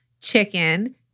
chicken